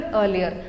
earlier